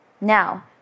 Now